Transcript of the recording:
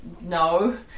No